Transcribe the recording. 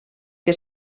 que